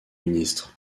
ministre